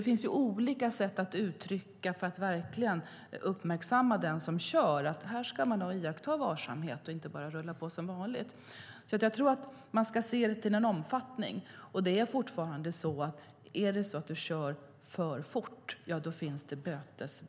Det finns olika sätt att uppmärksamma den som kör på att man ska iaktta varsamhet och inte bara rulla på som vanligt. Man ska se på omfattningen, och det är fortfarande så att om man kör för fort finns det böter.